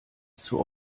zur